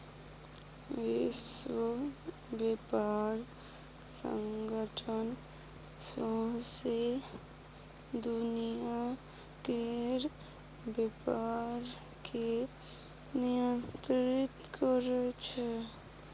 विश्व बेपार संगठन सौंसे दुनियाँ केर बेपार केँ नियंत्रित करै छै